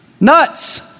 Nuts